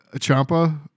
Champa